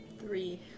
Three